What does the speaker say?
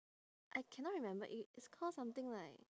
I cannot remember it it's called something like